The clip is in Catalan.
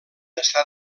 està